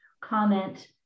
comment